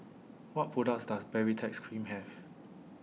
What products Does Baritex Cream Have